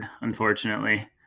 unfortunately